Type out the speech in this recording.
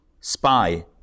spy